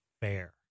fair